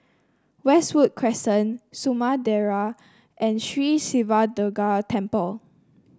Westwood Crescent Samudera and Sri Siva Durga Temple